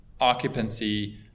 occupancy